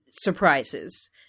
surprises